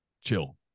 chill